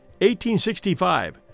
1865